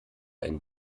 ein